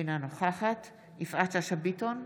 אינה נוכחת יפעת שאשא ביטון,